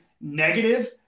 negative